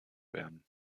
werden